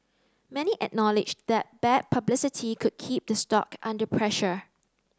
many acknowledge that bad publicity could keep the stock under pressure